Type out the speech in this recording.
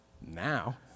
now